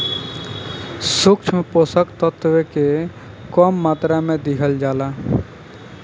सूक्ष्म पोषक तत्व के कम मात्रा में दिहल जाला